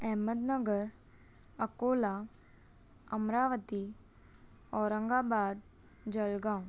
Ahmednagar Akola Amravati Aurangabad Jalgaon